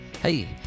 Hey